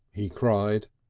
he cried,